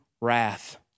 wrath